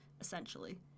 essentially